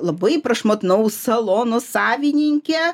labai prašmatnaus salono savininkė